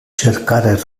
cercare